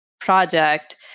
project